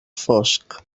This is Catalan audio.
fosc